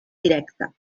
directa